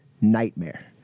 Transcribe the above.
nightmare